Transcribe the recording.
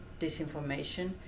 disinformation